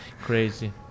crazy